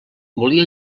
volia